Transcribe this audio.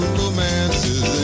romances